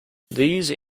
these